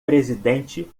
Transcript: presidente